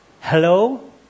Hello